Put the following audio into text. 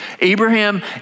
Abraham